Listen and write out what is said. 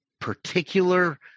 particular